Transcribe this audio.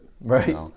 Right